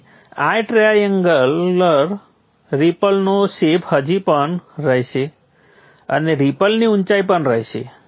તેથી આ ટ્રાએંગ્યુલર રિપલનો શેપ હજી પણ રહેશે અને રિપલની ઊંચાઈ પણ રહેશે